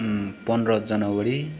पन्ध्र जनवरी